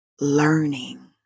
learning